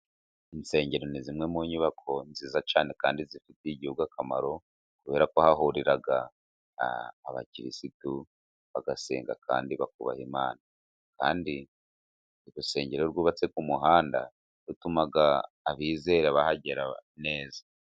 Insengero ni zimwe mu nyubako nziza cyane kandi zifitiye igihugu akamaro, kubera ko hahurira abakirisitu bagasenga kandi bakubaha imana, kandi urusengero iyo rwubatse ku muhanda rutuma abizera bahagera neza.